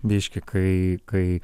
reiškia kai kai